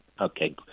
Okay